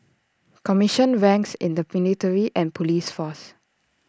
commissioned ranks in the military and Police force